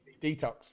Detox